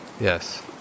Yes